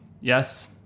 Yes